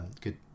Good